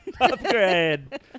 Upgrade